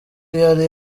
yari